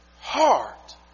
heart